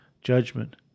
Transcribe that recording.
judgment